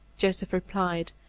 joseph replied,